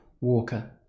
walker